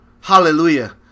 Hallelujah